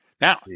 Now